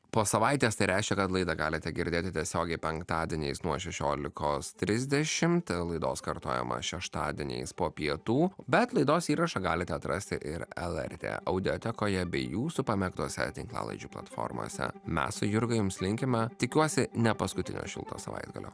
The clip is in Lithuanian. po savaitės tai reiškia kad laidą galite girdėti tiesiogiai penktadieniais nuo šešiolikos trisdešimt laidos kartojama šeštadieniais po pietų bet laidos įrašą galite atrasti ir lrt audiotekoje bei jūsų pamėgtose tinklalaidžių platformose mes su jurga jums linkime tikiuosi ne paskutinio šilto savaitgalio